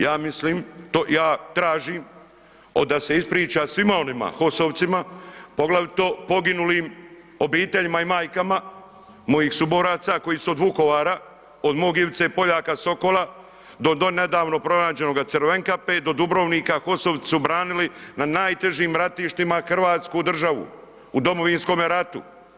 Ja mislim, ja tražim da se ispriča svima onima HOS-ovcima, poglavito poginulim obiteljima i majkama mojih suboraca koji su od Vukovara, od mog Ivice Poljaka Sokola do, do nedavno pronađenoga Crvenkape do Dubrovnika HOS-ovci su branili na najtežim ratištima hrvatsku državu u Domovinskome ratu.